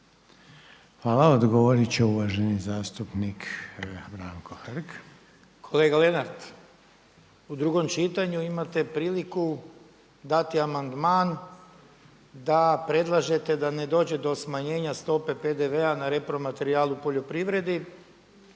Hvala. Odgovorit će uvaženi zastupnik Branko Hrg. **Hrg, Branko (HDS)** Kolega Lenart, u drugom čitanju imate priliku dati amandman da predlažete da ne dođe do smanjenja stope PDV-a na repromaterijal u poljoprivredi